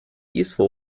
useful